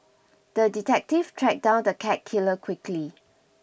the detective tracked down the cat killer quickly